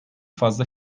fazla